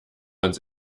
uns